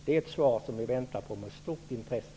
Jag väntar på svaret med stort intresse.